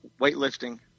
weightlifting